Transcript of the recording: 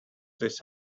this